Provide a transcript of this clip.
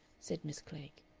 said miss klegg.